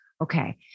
Okay